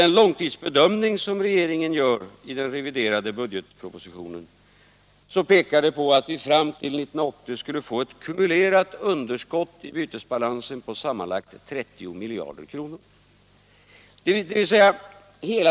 Den långtidsbedömning som regeringen gör i den reviderade budgetpropositionen pekar på att vi fram till 1980 skulle få ett kumulerat underskott i bytesbalansen på sammanlagt 30 miljarder kronor.